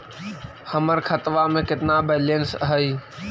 हमर खतबा में केतना बैलेंस हई?